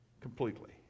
completely